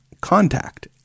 contact